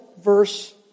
verse